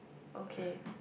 okay